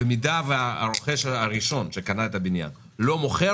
במידה שהרוכש הראשון שקנה את הבניין לא מוכר